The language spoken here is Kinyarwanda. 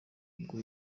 ubwo